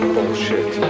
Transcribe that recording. Bullshit